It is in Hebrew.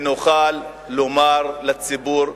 ונוכל לומר לציבור: